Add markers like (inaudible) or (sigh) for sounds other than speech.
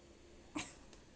(coughs)